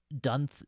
done